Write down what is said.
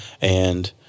and-